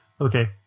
Okay